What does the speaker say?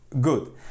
good